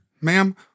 ma'am